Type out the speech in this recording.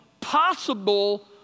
possible